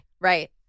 Right